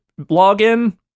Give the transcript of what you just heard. login